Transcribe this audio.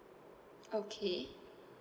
okay